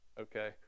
Okay